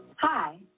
Hi